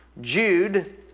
Jude